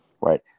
right